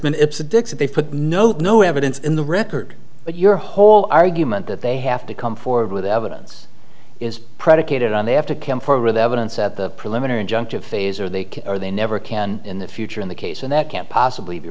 been it's the dicks they put no no evidence in the record but your whole argument that they have to come forward with evidence is predicated on they have to come forward with evidence at the preliminary injunction phase or they can or they never can in the future in the case and that can't possibly be